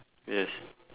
yes